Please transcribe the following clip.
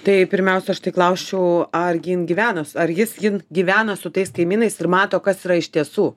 tai pirmiausia aš tai klausčiau ar jin gyvena su ar jis jin gyvena su tais kaimynais ir mato kas yra iš tiesų